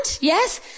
Yes